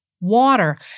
water